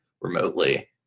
remotely